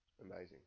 amazing